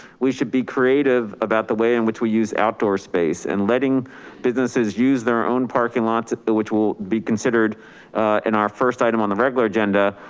we should be creative about the way in which we use outdoor space and letting businesses use their own parking lots, which will be considered in our first item on the regular agenda.